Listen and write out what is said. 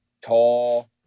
tall